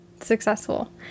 Successful